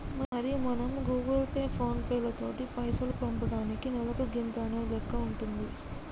మరి మనం Google Pay phone పేలతోటి పైసలు పంపటానికి నెలకు గింత అనే లెక్క ఉంటుంది